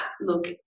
look